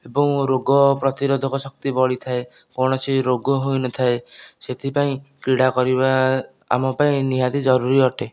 ଏବଂ ରୋଗ ପ୍ରତିରୋଧକ ଶକ୍ତି ବଢ଼ିଥାଏ କୌଣସି ରୋଗ ହୋଇନଥାଏ ସେଥିପାଇଁ କ୍ରୀଡ଼ା କରିବା ଆମ ପାଇଁ ନିହାତି ଜରୁରୀ ଅଟେ